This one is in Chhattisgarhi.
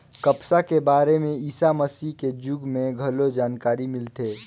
कपसा के बारे में ईसा मसीह के जुग में घलो जानकारी मिलथे